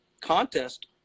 contest